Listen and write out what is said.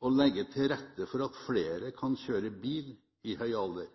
å legge til rette for at flere kan kjøre bil i høy alder.